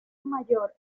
mayor